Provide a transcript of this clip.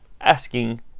Asking